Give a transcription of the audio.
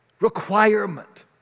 requirement